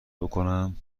بکنم